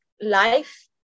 life